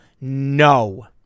no